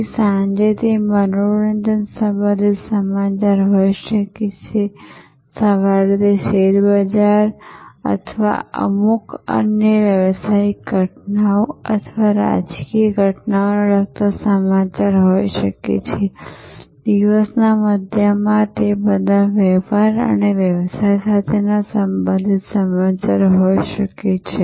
તેથી સાંજે તે મનોરંજન સંબંધિત સમાચાર હોઈ શકે છે સવારે તે શેરબજાર અથવા અમુક અન્ય વ્યવસાયિક ઘટનાઓ અથવા રાજકીય ઘટનાઓને લગતા સમાચાર હોઈ શકે છે દિવસના મધ્યમાં તે બધા વેપાર અને વ્યવસાય સાથે સંબંધિત હોઈ શકે છે